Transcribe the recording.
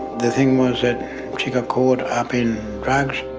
the thing was that she got caught up in drugs.